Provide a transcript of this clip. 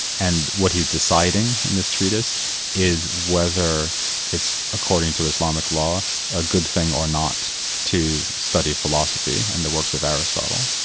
and what he's deciding in this treatise is whether it's according to islamic law a good thing or not to study philosophy and the works of aristotle.